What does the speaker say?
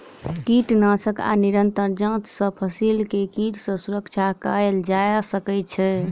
कीटनाशक आ निरंतर जांच सॅ फसिल के कीट सॅ सुरक्षा कयल जा सकै छै